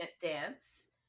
dance